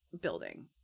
building